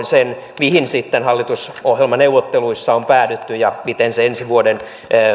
sen mihin sitten hallitusohjelmaneuvotteluissa on päädytty ja miten se ensi vuoden